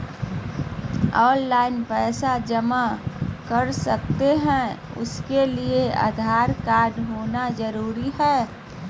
Online पैसा जमा कर सकते हैं उसके लिए आधार कार्ड होना जरूरी है?